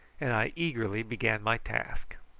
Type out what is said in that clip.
and i eagerly began my task.